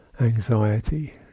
anxiety